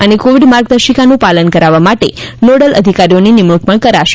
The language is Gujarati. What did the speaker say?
અને કોવિડ માર્ગદર્શિકાનું પાલન કરાવવા માટે નોડલ અધિકારીઓની નિમણૂક પણ કરશે